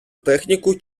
техніку